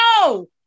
No